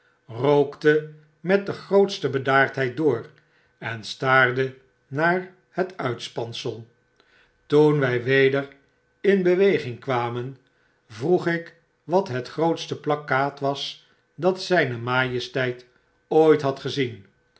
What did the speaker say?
rookte met de grootste bedaardheid door en staarde naar net uitspansel y toen wg weder in beweging kwamen vroeg ik wat het grootste plakkaat was dat zgn majesteit ooit had gezien